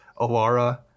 Alara